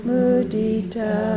Mudita